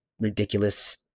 ridiculous